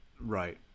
Right